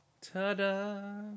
Ta-da